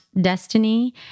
destiny